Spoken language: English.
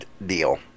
deal